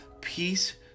Peace